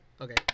Okay